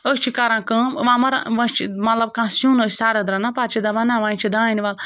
أسۍ چھِ کَران کٲم وَ ما رَ وَ چھِ مطلب کانٛہہ سیُن أسۍ سَرٕد رَنان پَتہٕ چھِ دَپان نہ وَ چھِ دانہِ وَل